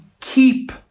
keep